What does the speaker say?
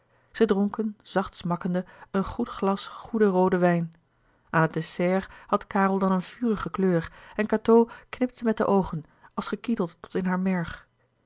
zij dronken zacht smakkende een goed glas goeden rooden wijn aan het dessert had karel dan een vurige kleur en cateau knipte met de oogen als gekieteld tot in haar merg